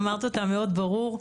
אמרת אותם מאוד ברור.